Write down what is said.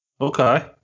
Okay